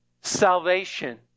salvation